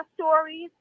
stories